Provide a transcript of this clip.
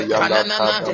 panana